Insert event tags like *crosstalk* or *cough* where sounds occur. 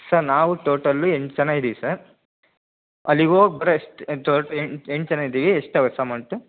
sir ನಾವು total ಎಂಟು ಜನ ಇದ್ದೀವಿ ಸರ್ ಅಲ್ಲಿಗೋಗಿ *unintelligible* ಎಂಟು ಜನ ಇದ್ದೀವಿ ಎಷ್ಟಾಗುತ್ತೆ ಸರ್ ಅಮೌಂಟ್